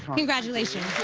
congratulations.